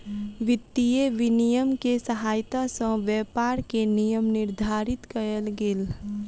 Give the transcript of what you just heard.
वित्तीय विनियम के सहायता सॅ व्यापार के नियम निर्धारित कयल गेल